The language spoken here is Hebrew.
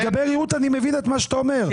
לגבי ריהוט מבין מה שאתה אומר.